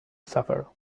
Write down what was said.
suffer